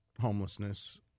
homelessness